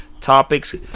topics